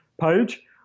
page